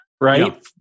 right